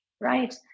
right